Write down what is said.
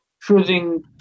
choosing